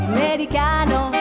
Americano